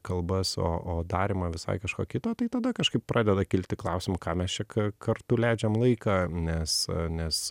kalbas o o darymą visai kažko kito tai tada kažkaip pradeda kilti klausimų kam mes čia kartu leidžiam laiką nes nes